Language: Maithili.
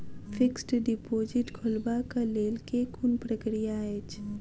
फिक्स्ड डिपोजिट खोलबाक लेल केँ कुन प्रक्रिया अछि?